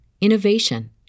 innovation